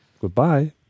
Goodbye